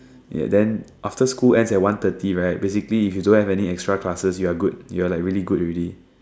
then after school ends at one thirty right basically if you don't have any extra you're good you're like really good already